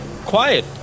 quiet